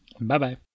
Bye-bye